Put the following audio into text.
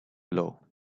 blow